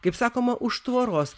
kaip sakoma už tvoros